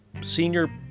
senior